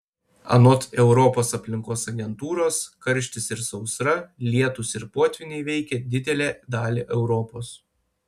anot europos aplinkos agentūros karštis ir sausra lietūs ir potvyniai veikia didelę dalį europos